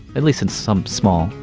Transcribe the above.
at least in some small,